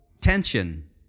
tension